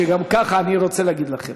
אני רוצה להגיד לכם,